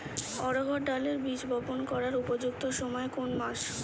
অড়হড় ডালের বীজ বপন করার উপযুক্ত সময় কোন কোন মাস?